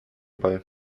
bei